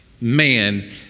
man